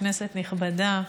כנסת נכבדה,